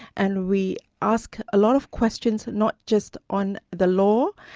and we ask a lot of questions, not just on the law,